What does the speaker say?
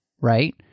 right